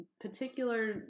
particular